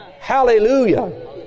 Hallelujah